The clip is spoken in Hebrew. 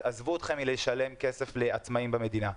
אז עזבו אתכם מלשלם כסף לעצמאים במדינה.